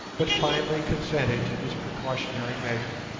but finally consented to this precautionary measure.